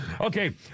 Okay